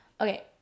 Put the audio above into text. Okay